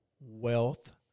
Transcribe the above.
wealth